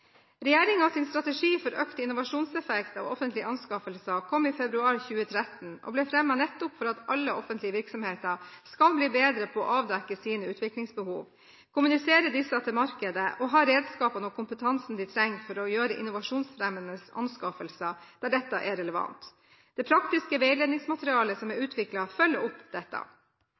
strategi for økt innovasjonseffekt av offentlige anskaffelser kom i februar 2013 og ble fremmet nettopp for at alle offentlige virksomheter skal bli bedre på å avdekke sine utviklingsbehov, kommunisere disse til markedet og ha redskapene og kompetansen de trenger for å gjøre innovasjonsfremmende anskaffelser, der dette er relevant. Det praktiske veiledningsmaterialet som er utviklet, følger opp dette.